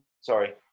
Sorry